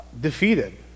defeated